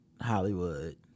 Hollywood